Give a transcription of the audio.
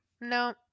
no